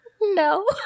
no